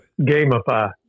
gamify